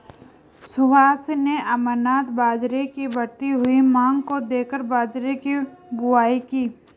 सुभाष ने अमरनाथ बाजरे की बढ़ती हुई मांग को देखकर बाजरे की बुवाई की